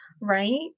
Right